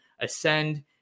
ascend